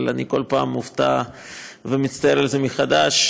אבל כל פעם אני מופתע ומצטער על זה מחדש,